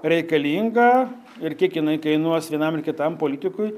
reikalinga ir kiek jinai kainuos vienam ir kitam politikui